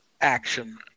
Action